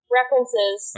references